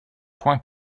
points